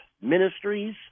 Ministries